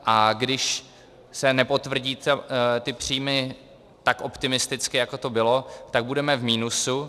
A když se nepotvrdí ty příjmy tak optimisticky, jako to bylo, tak budeme v minusu.